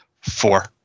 four